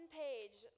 page